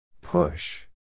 Push